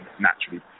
naturally